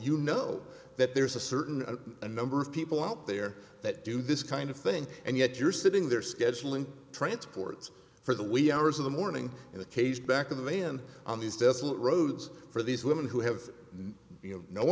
you know that there's a certain number of people out there that do this kind of thing and yet you're sitting there scheduling transports for the wee hours of the morning in the case back in the am on these desolate roads for these women who have you know